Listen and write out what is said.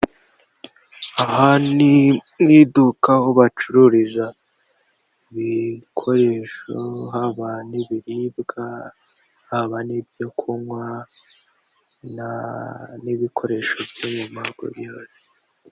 Aha ni mu iduka aho bacururiza ibikoresho, haba n'ibiribwa, haba n'ibyo kunywa n'ibikoresho byo mu mago bihari.